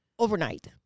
Overnight